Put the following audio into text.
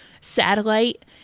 satellite